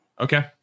okay